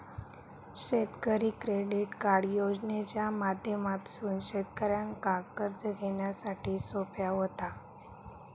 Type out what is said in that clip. शेतकरी credit card योजनेच्या माध्यमातसून शेतकऱ्यांका कर्ज घेण्यासाठी सोप्या व्हता